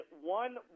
one